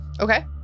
Okay